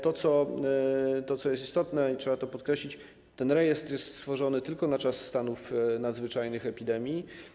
To, co jest istotne i co trzeba podkreślić: ten rejestr jest stworzony tylko na czas stanów nadzwyczajnych, epidemii.